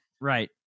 Right